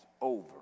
over